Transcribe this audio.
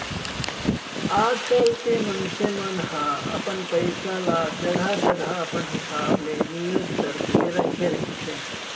आजकल के मनसे मन ह अपन पइसा ल जघा जघा अपन हिसाब ले निवेस करके रखे रहिथे